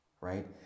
right